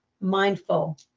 mindful